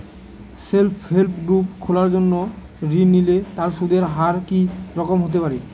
Self help group খোলার জন্য ঋণ নিলে তার সুদের হার কি রকম হতে পারে?